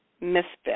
Misfit